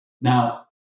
Now